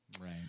right